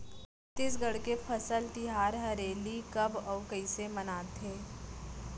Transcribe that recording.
छत्तीसगढ़ के फसल तिहार हरेली कब अउ कइसे मनाथे?